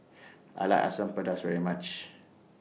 I like Asam Pedas very much